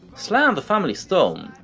sly and the family stone,